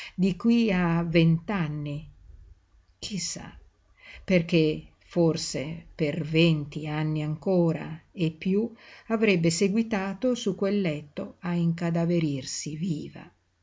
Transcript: di qui a vent'anni chi sa perché forse per venti anni ancora e piú avrebbe seguitato su quel letto a incadaverirsi viva